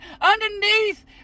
underneath